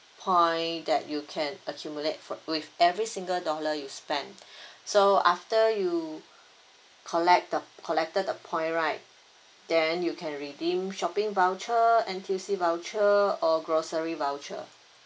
point that you can accumulate for with every single dollar you spend so after you collect the collected the point right then you can redeem shopping voucher N_T_U_C voucher or grocery voucher